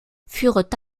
furent